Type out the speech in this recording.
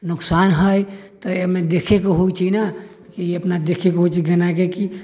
नुकसान है तऽ एहिमे देखे के होइ छै न कि अपना देखे के रोज गन्ना के कि